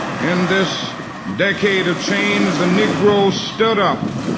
in this decade of change, the negro stood up